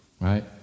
right